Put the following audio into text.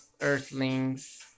Earthlings